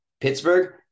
Pittsburgh